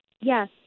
Yes